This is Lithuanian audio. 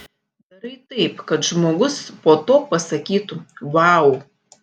darai taip kad žmogus po to pasakytų vau